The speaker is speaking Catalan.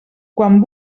quan